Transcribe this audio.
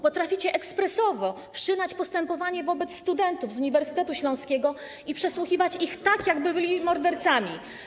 Potraficie ekspresowo wszczynać postępowanie wobec studentów z Uniwersytetu Śląskiego i przesłuchiwać ich tak, jakby byli mordercami.